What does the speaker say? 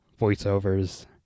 voiceovers